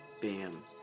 bam